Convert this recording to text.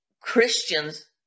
Christians